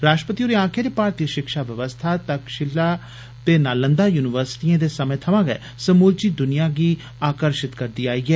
राष्ट्रपति होरें आक्खेआ भारतीय शिक्षा व्यवस्था तक्षशिला ते नालंदा युनिवर्सिटिए दे समे थमा गै समूलची दुनिया गी आकर्षित करदी आई ऐ